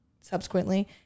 subsequently